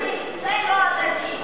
זה לא הדדי.